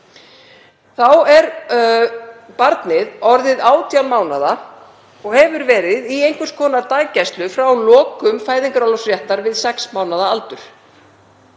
Þá er barnið orðið 18 mánaða og hefur verið í einhvers konar daggæslu frá lokum fæðingarorlofsréttar við sex mánaða aldur.